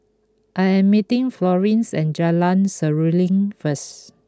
I am meeting Florine at Jalan Seruling first